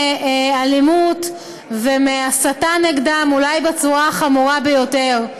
מאלימות ומהסתה נגדם אולי בצורה החמורה ביותר,